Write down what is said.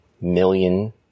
million